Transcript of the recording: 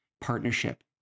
partnership